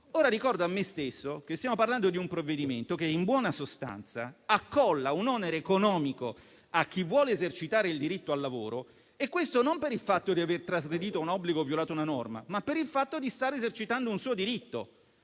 so. Ricordo a me stesso che stiamo parlando di un provvedimento che, in buona sostanza, accolla un onere economico a chi vuole esercitare il diritto al lavoro e questo per il fatto non di aver trasgredito a un obbligo, o violato una norma, ma di stare esercitando un proprio diritto.